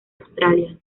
australia